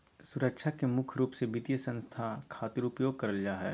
सुरक्षा के मुख्य रूप से वित्तीय संस्था खातिर उपयोग करल जा हय